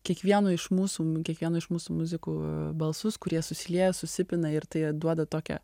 kiekvieno iš mūsų kiekvieno iš mūsų muzikų balsus kurie susilieja susipina ir tai duoda tokią